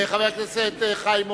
חבר הכנסת חיים אורון,